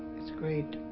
it's great